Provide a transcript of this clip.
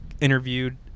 interviewed